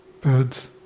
birds